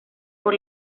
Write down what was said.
por